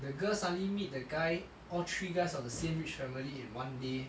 the girl suddenly meet the guy all three guys from the same rich family in one day